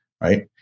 right